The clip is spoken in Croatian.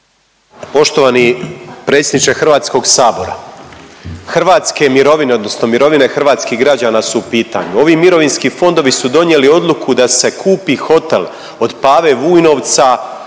Poštovani predsjedniče Hrvatskog sabora, hrvatske mirovine odnosno mirovine hrvatskih građana su u pitanju. Ovi mirovinski fondovi su donijeli odluku da se kupi hotel od Pave Vujnovca